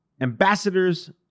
ambassadors